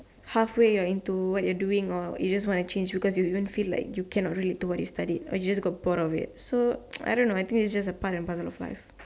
half way you're into what you're doing or you just wanna change because you don't even feel like you can or even do what you study or you just got bored or it so I don't know I just think that it is just part and parcel of life